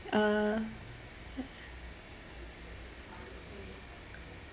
uh